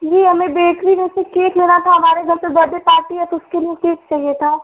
जी हमें बेकरी में से केक लेना था हमारे घर पर बर्डे पार्टी है तो उसके लिए केक चाहिए था